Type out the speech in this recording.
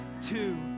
two